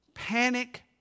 Panic